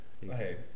Hey